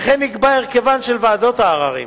וכן נקבע הרכבן של ועדות העררים,